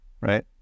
right